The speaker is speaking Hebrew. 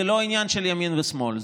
זה לא ענין של ימין ושמאל,